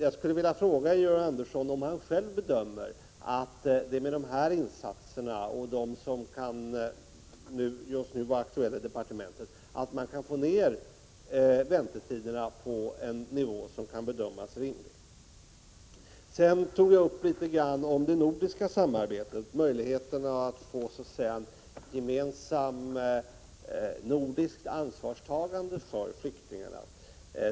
Jag skulle vilja fråga Georg Andersson om han själv gör bedömningen att dessa insatser och andra insatser som kan vara aktuella i departementet kan leda till att man får ned väntetiderna till en rimlig nivå. Jag berörde även frågan om det nordiska samarbetet och möjligheterna att få ett gemensamt nordiskt ansvarstagande för flyktingarna.